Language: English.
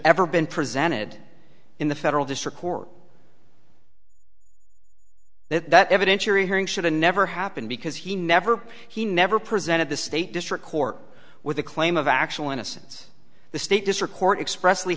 ever been presented in the federal district court that that evidentiary hearing should have never happened because he never he never presented the state district court with a claim of actual innocence the state district court express